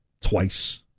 twice